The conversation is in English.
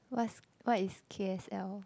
what's what is K_S_L